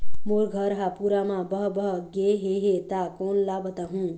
मोर घर हा पूरा मा बह बह गे हे हे ता कोन ला बताहुं?